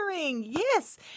Yes